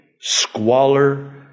squalor